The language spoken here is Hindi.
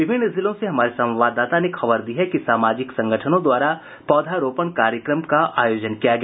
विभिन्न जिलों से हमारे संवाददाता ने खबर दी है कि सामाजिक संगठनों द्वारा पौधारोपण कार्यक्रम का आयोजन किया गया